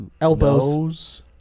Elbows